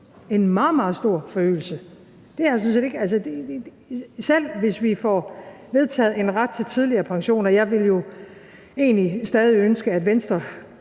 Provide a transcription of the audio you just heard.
meget stor forøgelse. Selv hvis vi får vedtaget en ret til tidligere pension – og jeg ville jo egentlig stadig ønske, at Venstre